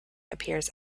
appears